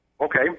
Okay